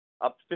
up